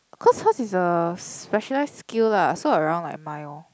cause hers is a specialised skill lah so around like mine orh